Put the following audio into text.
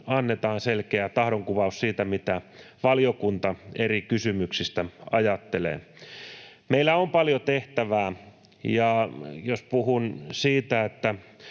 annetaan selkeä tahdonkuvaus siitä, mitä valiokunta eri kysymyksistä ajattelee. Meillä on paljon tehtävää. Ja jos puhun siitä, missä